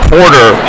Porter